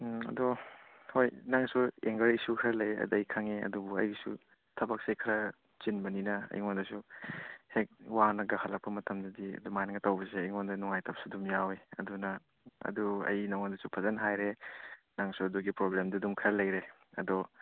ꯎꯝ ꯑꯗꯣ ꯍꯣꯏ ꯅꯪꯁꯨ ꯑꯦꯡꯒꯔ ꯏꯁꯨ ꯈꯔ ꯂꯩꯌꯦ ꯑꯗ ꯑꯩ ꯈꯪꯉꯦ ꯑꯗꯨꯕꯨ ꯑꯩꯒꯤꯁꯨ ꯊꯕꯛꯁꯦ ꯈꯔ ꯆꯤꯟꯕꯅꯤꯅ ꯑꯩꯉꯣꯟꯗꯁꯨ ꯍꯦꯛ ꯋꯥꯅꯒ ꯍꯜꯂꯛꯄ ꯃꯇꯝꯗꯗꯤ ꯑꯗꯨꯃꯥꯏꯅꯒ ꯇꯧꯕꯁꯦ ꯑꯩꯉꯣꯟꯗ ꯅꯨꯡꯉꯥꯏꯇꯕꯁꯨ ꯑꯗꯨꯝ ꯌꯥꯎꯋꯦ ꯑꯗꯨꯅ ꯑꯗꯨ ꯑꯩ ꯅꯉꯣꯟꯗꯁꯨ ꯐꯖꯅ ꯍꯥꯏꯔꯦ ꯅꯪꯁꯨ ꯑꯗꯨꯒꯤ ꯄ꯭ꯔꯣꯕ꯭ꯂꯦꯝꯗꯨ ꯑꯗꯨꯝ ꯈꯔ ꯂꯩꯔꯦ ꯑꯗꯣ